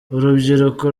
urubyiruko